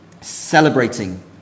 celebrating